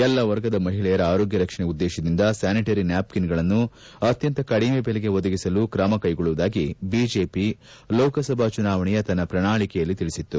ಎಲ್ಲ ವರ್ಗದ ಮಹಿಳೆಯರ ಆರೋಗ್ಯ ರಕ್ಷಣೆ ಉದ್ದೇಶದಿಂದ ಸ್ಥಾನಿಟರಿ ನ್ಯಾಪ್ಕಿನ್ಗಳನ್ನು ಅತ್ಯಂತ ಕಡಿಮೆ ಬೆಲೆಗೆ ಒದಗಿಸಲು ಕ್ರಮ ಕೈಗೊಳ್ಳುವುದಾಗಿ ಬಿಜೆಪಿ ಲೋಕಸಭಾ ಚುನಾವಣೆಯ ತನ್ನ ಪ್ರಣಾಳಕೆಯಲ್ಲಿ ತಿಳಿಸಿತ್ತು